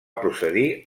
procedir